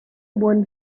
won